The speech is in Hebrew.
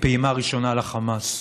כפעימה ראשונה לחמאס.